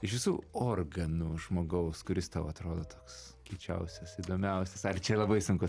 iš visų organų žmogaus kuris tau atrodo toks kiečiausias įdomiausias ar čia labai sunku